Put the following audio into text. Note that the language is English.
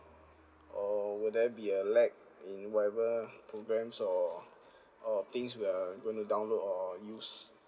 or will there be a lag in whatever programmes or or things we are gonna download or use